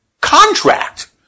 contract